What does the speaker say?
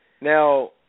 Now